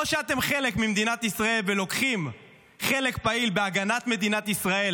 או שאתם חלק ממדינת ישראל ולוקחים חלק פעיל בהגנת מדינת ישראל,